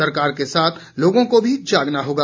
सरकार के साथ लोगों को भी जागना होगा